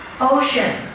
Ocean